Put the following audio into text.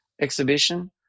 exhibition